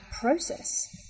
process